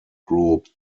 group